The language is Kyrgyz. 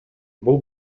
бул